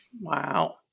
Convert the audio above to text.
Wow